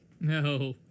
No